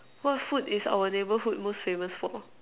what food is our neighbourhood most famous for